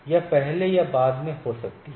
यह पहले या बाद में हो सकती है